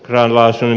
iranilaisen